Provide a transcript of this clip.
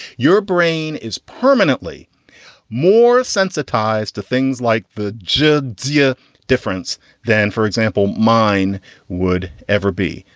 your brain is permanently more sensitized to things like the judea difference than, for example, mine would ever be.